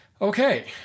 Okay